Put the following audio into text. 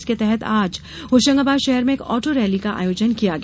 इसके तहत आज होशंगाबाद शहर में एक आटो रैली का आयोजन किया गया